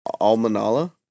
Almanala